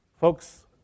Folks